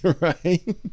right